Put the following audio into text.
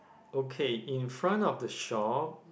okay in front of the shop